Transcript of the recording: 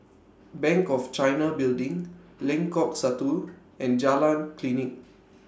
Bank of China Building Lengkok Satu and Jalan Klinik